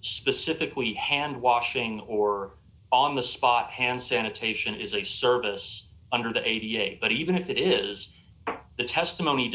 specifically hand washing or on the spot hand sanitation is a service under the eighty eight dollars but even if it is the testimony